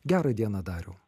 gerą dieną dariau